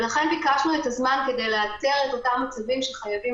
לכן ביקשנו את הזמן כדי לאתר את אותם מצבים שחייבים